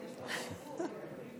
הרב רפי פרץ גם כן